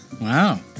Wow